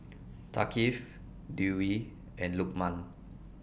Thaqif Dewi and Lukman